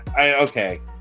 okay